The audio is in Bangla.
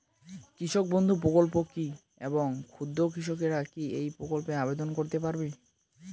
কৃষক বন্ধু প্রকল্প কী এবং ক্ষুদ্র কৃষকেরা কী এই প্রকল্পে আবেদন করতে পারবে?